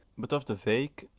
but of the vague,